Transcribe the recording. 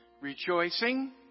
rejoicing